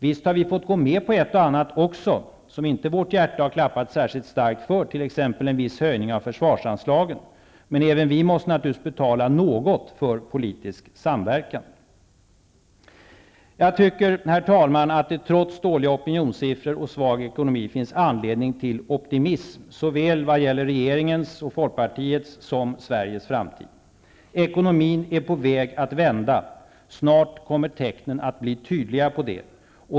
Visst har vi också fått gå med på ett och annat som vårt hjärta inte har klappat särskilt starkt för, t.ex. en viss höjning av försvarsanslagen. Men även vi måste naturligtvis betala något för politisk samverkan. Jag tycker att det, herr talman, trots dåliga opinionssiffror och svag ekonomi, finns anledning till optimism vad gäller såväl regeringens och Folkpartiets som Sveriges framtid. Ekonomin är på väg att vända. Snart kommer tecknen att bli tydliga.